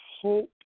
hope